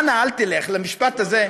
אנא, אל תלך במשפט הזה,